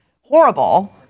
horrible